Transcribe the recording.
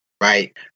Right